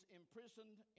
imprisoned